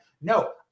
no